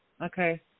Okay